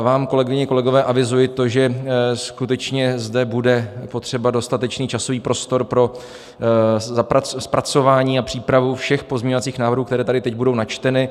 A vám, kolegyně, kolegové, avizuji , že skutečně zde bude potřeba dostatečný časový prostor pro zpracování a přípravu všech pozměňovacích návrhů, které tady teď budou načteny.